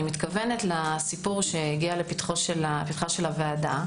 מתכוונת לסיפור שהגיע לפתחה של הוועדה.